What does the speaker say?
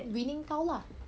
winning tile lah